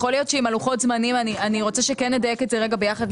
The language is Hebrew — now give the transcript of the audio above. אני רוצה שנדייק את לוחות הזמנים יחד,